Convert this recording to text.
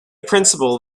principle